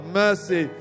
mercy